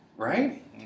Right